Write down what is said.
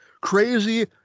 crazy